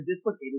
dislocated